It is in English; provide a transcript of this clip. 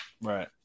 Right